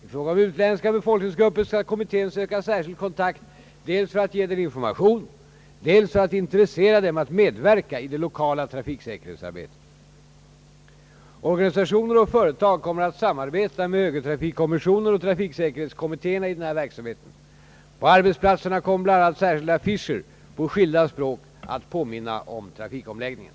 I fråga om utländska befolkningsgrupper skall kommittén söka särskild kontakt, dels för att ge dem information, dels för att intressera dem att medverka i det lokala trafiksäkerhetsarbetet. Organisationer och företag kommer att samarbeta med högertrafikkommissionen och trafiksäkerhetskommittéerna i den här verksamheten. På arbetsplatserna kommer bl.a. särskilda affischer på skilda språk att påminna om trafikomläggningen.